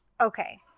okay